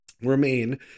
Remain